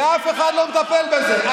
ואף אחד לא מטפל בזה.